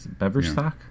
Beverstock